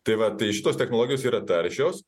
tai va tai šitos technologijos yra taršios